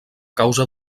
causa